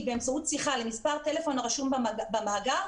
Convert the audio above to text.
באמצעות שיחה למספר טלפון הרשום במאגר.